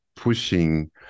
pushing